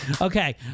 Okay